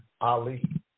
Ali